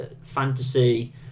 fantasy